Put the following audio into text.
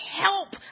help